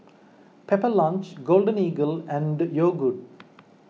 Pepper Lunch Golden Eagle and Yogood